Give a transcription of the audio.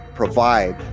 provide